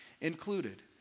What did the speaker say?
included